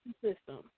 system